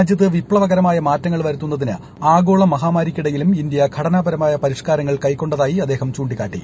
രാജ്യത്ത് വിപ്ലവകരമായ മാറ്റങ്ങൾ വരുത്തുന്നതിന് ആഗോള മഹാമാരിക്കിടയിലും ഇന്ത്യ ഘടനാപരമായ പരിഷ്കാരങ്ങൾ കൈക്കൊണ്ടതായി അദ്ദേഹം ചൂണ്ടിക്കാട്ടി